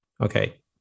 Okay